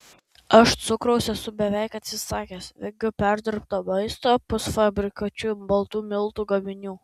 aš cukraus esu beveik atsisakęs vengiu perdirbto maisto pusfabrikačių baltų miltų gaminių